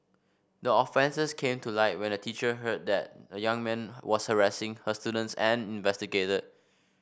the offences came to light when a teacher heard that a young man was harassing her students and investigated